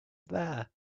there